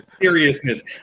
seriousness